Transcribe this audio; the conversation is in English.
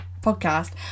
podcast